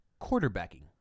Quarterbacking